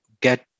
get